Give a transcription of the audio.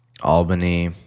Albany